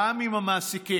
גם עם המעסיקים